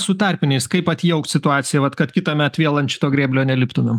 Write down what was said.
su tarpiniais kaip atjaukt situaciją vat kad kitąmet vėl ant šito grėblio neliptumėm